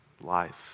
life